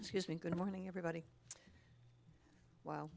excuse me good morning everybody while